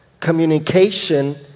Communication